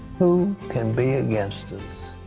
who can be against us?